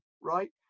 right